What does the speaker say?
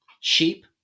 Sheep